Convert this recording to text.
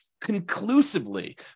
conclusively